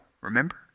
remember